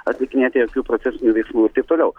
atlikinėti jokių procesinių veiksmų ir taip toliau